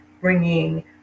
bringing